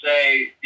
say